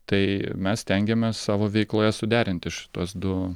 tai mes stengiamės savo veikloje suderinti šituos du